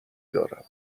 دارم